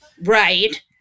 right